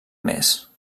mes